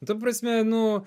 ta prasme nu